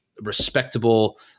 respectable